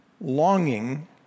longing